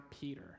Peter